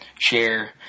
Share